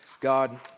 God